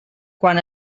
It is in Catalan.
quan